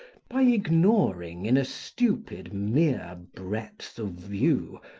by ignoring in a stupid, mere breadth of view,